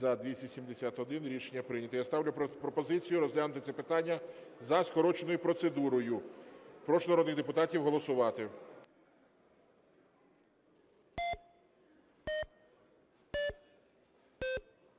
За-271 Рішення прийнято. Я ставлю пропозицію розглянути це питання за скороченою процедурою. Прошу народних депутатів голосувати.